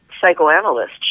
psychoanalyst